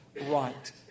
right